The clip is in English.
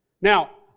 now